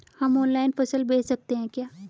हम ऑनलाइन फसल बेच सकते हैं क्या?